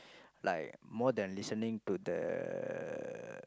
like more than listening to the